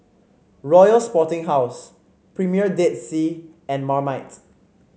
Royal Sporting House Premier Dead Sea and Marmite